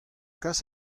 kas